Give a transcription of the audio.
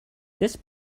this